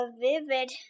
vivid